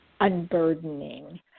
unburdening